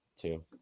Two